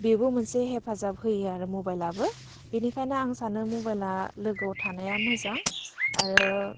बेबो मोनसे हेफाजाब होयो आरो मबाइलाबो बेनिखायनो आं सानो मबाइला लोगोयाव थानाया मोजां आरो